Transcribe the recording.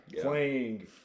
playing